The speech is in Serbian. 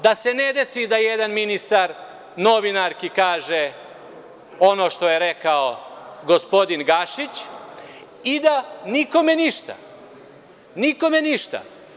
Da se ne desi da jedan ministar novinarki kaže ono što je rekao gospodin Gašić i da nikome ništa, nikome ništa.